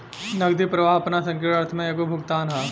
नगदी प्रवाह आपना संकीर्ण अर्थ में एगो भुगतान ह